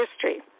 history